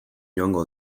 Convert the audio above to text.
joango